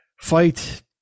fight